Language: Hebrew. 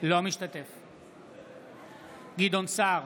אינו משתתף בהצבעה גדעון סער,